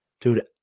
dude